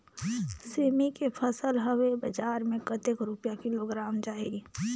सेमी के फसल हवे बजार मे कतेक रुपिया किलोग्राम जाही?